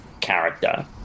character